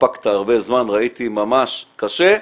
התאפקת הרבה זמן, ראיתי, ממש קשה,